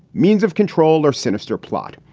means of control or sinister plot.